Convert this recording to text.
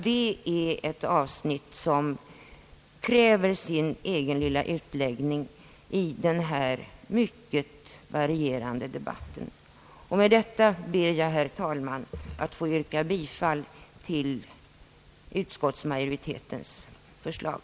Det är ett avsnitt som kräver sin egen utläggning i denna mycket varierande debatt. jag att få yrka bifall till utskottsmajoritetens förslag.